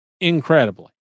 incredibly